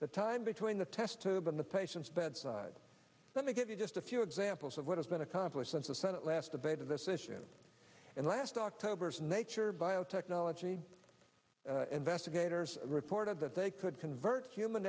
the time between the test tube and the patient's bedside let me give you just a few examples of what has been accomplished since the senate last debate of this issue in last october's nature biotechnology investigators reported that they could convert human